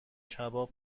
کباب